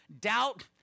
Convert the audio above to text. doubt